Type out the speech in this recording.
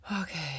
okay